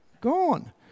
Gone